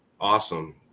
awesome